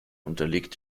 unterliegt